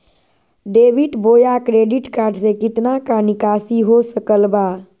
Debit बोया credit card से कितना का निकासी हो सकल बा?